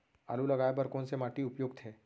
आलू लगाय बर कोन से माटी उपयुक्त हे?